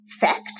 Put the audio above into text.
fact